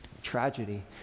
Tragedy